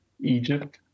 Egypt